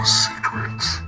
secrets